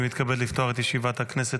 אני מתכבד לפתוח את ישיבת הכנסת.